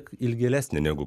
ilgelesnė negu